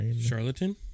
Charlatan